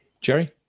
Jerry